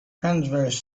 transverse